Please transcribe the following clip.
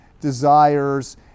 desires